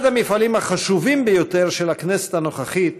אחד המפעלים החשובים ביותר של הכנסת הנוכחית